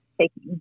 taking